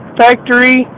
factory